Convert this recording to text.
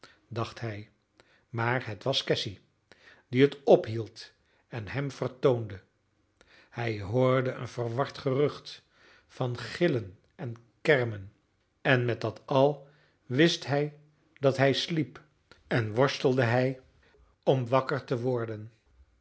dacht hij maar het was cassy die het ophield en hem vertoonde hij hoorde een verward gerucht van gillen en kermen en met dat al wist hij dat hij sliep en worstelde hij om wakker te worden